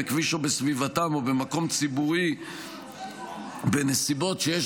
בכביש או בסביבתם או במקום ציבורי בנסיבות שיש